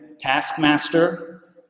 taskmaster